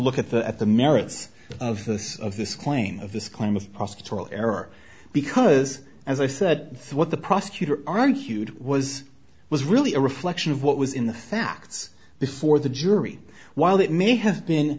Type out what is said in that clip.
look at the at the merits of those of this claim of this kind of prosecutorial error because as i said what the prosecutor argued was was really a reflection of what was in the facts before the jury while that may have been